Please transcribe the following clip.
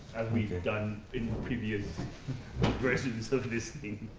we've done in previous versions of this